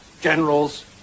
generals